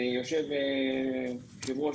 יושב-ראש